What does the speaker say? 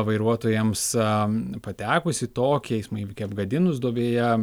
vairuotojams patekus į tokį eismo įvykį apgadinus duobėje